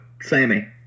Sammy